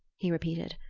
he repeated.